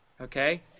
okay